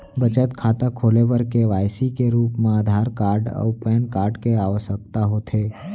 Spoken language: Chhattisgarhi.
बचत खाता खोले बर के.वाइ.सी के रूप मा आधार कार्ड अऊ पैन कार्ड के आवसकता होथे